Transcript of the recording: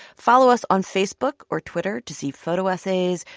follow us on facebook or twitter to see photo essays,